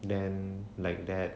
then like that